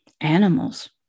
animals